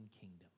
kingdom